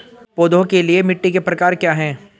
पौधों के लिए मिट्टी के प्रकार क्या हैं?